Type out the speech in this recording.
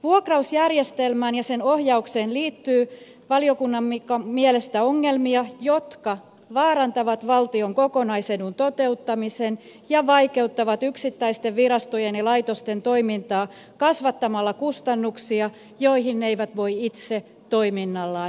vuokrausjärjestelmään ja sen ohjaukseen liittyy valiokunnan mielestä ongelmia jotka vaarantavat valtion kokonaisedun toteuttamisen ja vaikeuttavat yksittäisten virastojen ja laitosten toimintaa kasvattamalla kustannuksia joihin ne eivät voi itse toiminnallaan vaikuttaa